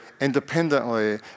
independently